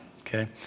okay